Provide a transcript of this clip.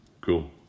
cool